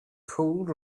cold